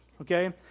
okay